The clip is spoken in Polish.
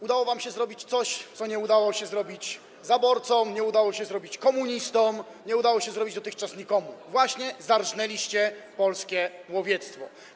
Udało wam się zrobić to, czego nie udało się zrobić zaborcom, nie udało się zrobić komunistom, nie udało się zrobić dotychczas nikomu - właśnie zarżnęliście polskie łowiectwo.